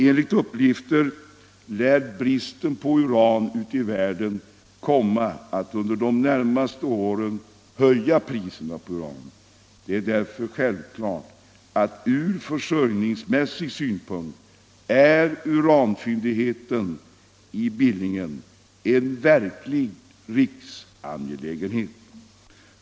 Enligt uppgifter lär bristen på uran ute i världen komma att under de närmaste åren höja priserna på uran. Det är därför självklart att från försörjningsmässig synpunkt uranfyndigheten i Billingen är en verklig riksangelägenhet.